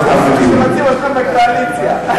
רוצים אתכם בקואליציה.